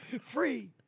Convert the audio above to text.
Free